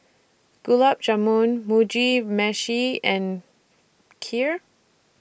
Gulab Jamun Mugi Meshi and Kheer